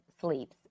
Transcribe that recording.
sleeps